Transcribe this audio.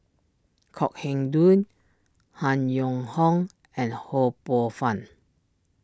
Kok Heng Leun Han Yong Hong and Ho Poh Fun